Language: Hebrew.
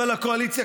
אבל הקואליציה,